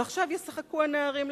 ועכשיו ישחקו הנערים לפנינו,